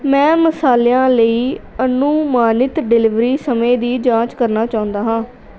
ਮੈਂ ਮਸਾਲਿਆਂ ਲਈ ਅਨੁਮਾਨਿਤ ਡਿਲੀਵਰੀ ਸਮੇਂ ਦੀ ਜਾਂਚ ਕਰਨਾ ਚਾਹੁੰਦਾ ਹਾਂ